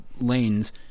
lanes